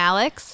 Alex